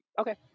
Okay